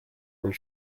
und